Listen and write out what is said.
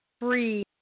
free